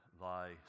thy